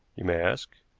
you may ask.